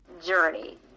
journey